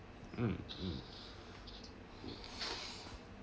um